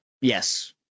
Yes